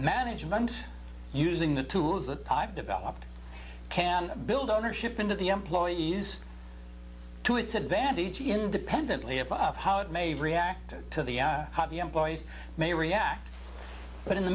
management using the tools that i've developed can build ownership into the employees to its advantage independently of of how it may react to the hobby employees may react but in the